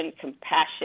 compassion